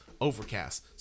Overcast